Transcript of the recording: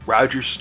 Roger